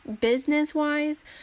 business-wise